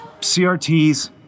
CRTs